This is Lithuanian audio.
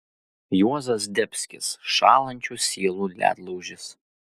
juozas zdebskis šąlančių sielų ledlaužis